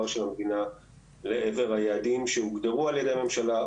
של המדינה לעבר היעדים שהוגדרו על ידי הממשלה,